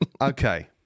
okay